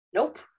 Nope